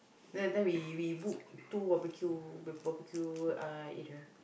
then then we we book two barbecue barbecue uh area